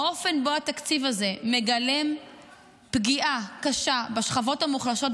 האופן שבו התקציב הזה מגלם פגיעה קשה בשכבות המוחלשות,